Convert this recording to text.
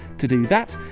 to do that,